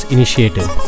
Initiative